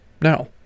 Now